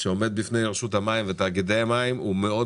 שעומד בפני רשות המים ותאגידי המים הוא מאוד